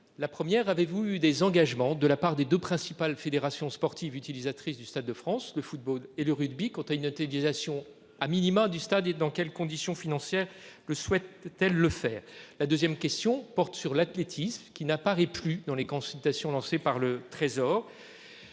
La première, avez-vous eu des engagements de la part des 2 principales fédérations sportives utilisatrices du stade de France de football et le rugby quant à une autorisation a minima du stade et dans quelles conditions financières le souhaite-t-elle le faire la 2ème question porte sur l'athlétisme qui n'apparaît plus dans les consultations lancées par le Trésor.